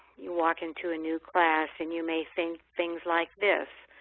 you walk into a new class and you may think things like this